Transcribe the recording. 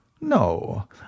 no